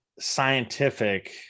scientific